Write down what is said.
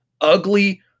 ugly